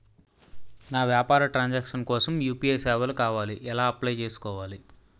నా వ్యాపార transaction కోసం యు.పి.ఐ సేవలు కావాలి ఎలా అప్లయ్ చేసుకోవాలి?